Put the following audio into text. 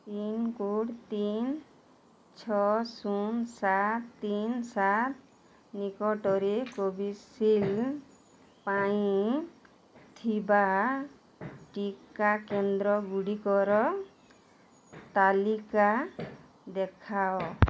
pincode ତିନ ଛଅ ଶୂନ ସାତ ତିନ ସାତ ନିକଟରେ କୋଭିଶିଲ୍ଡ୍ ପାଇଁ ଥିବା ଟିକା କେନ୍ଦ୍ରଗୁଡ଼ିକର ତାଲିକା ଦେଖାଅ